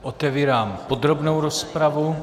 Otevírám podrobnou rozpravu.